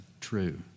true